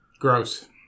Gross